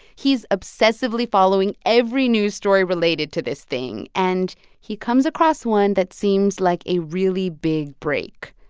he's obsessively following every news story related to this thing. and he comes across one that seems like a really big break.